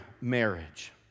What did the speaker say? marriage